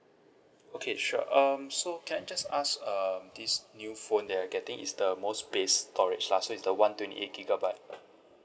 okay sure um so can I just ask um this new phone that you're getting is the more space storage lah so it's the one twenty eight gigabyte